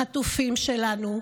החטופים שלנו,